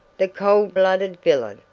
the cold-blooded villain!